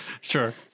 sure